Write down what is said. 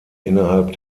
innerhalb